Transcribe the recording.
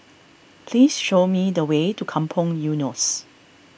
please show me the way to Kampong Eunos